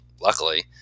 luckily